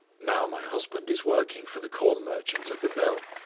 now my husband is working for the corn merchant at the mill.